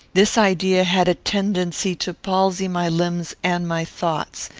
this idea had a tendency to palsy my limbs and my thoughts.